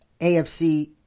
AFC